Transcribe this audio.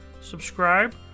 subscribe